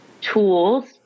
tools